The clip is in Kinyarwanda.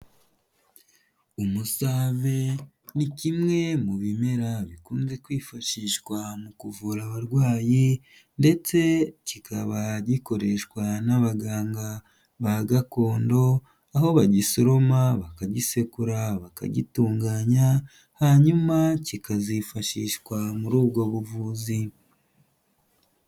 Umusave ni kimwe mu bimera bikunze kwifashishwa mu kuvura abarwayi, ndetse kikaba gikoreshwa n'abaganga ba gakondo, aho bagisoroma, bakagisekura, bakagitunganya, hanyuma kikazifashishwa muri ubwo buvuzi.